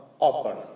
open